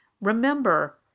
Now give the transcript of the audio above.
Remember